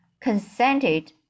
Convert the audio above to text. consented